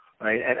right